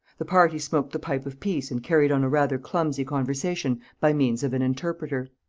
the party smoked the pipe of peace and carried on a rather clumsy conversation by means of an interpreter.